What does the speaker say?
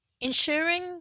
ensuring